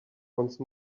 once